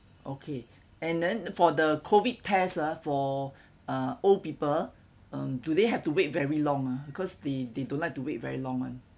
okay and then for the COVID test ah for uh old people um do they have to wait very long ah because they they don't like to wait very long one